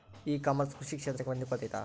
E commerce ಕೃಷಿ ಕ್ಷೇತ್ರಕ್ಕೆ ಹೊಂದಿಕೊಳ್ತೈತಾ?